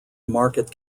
market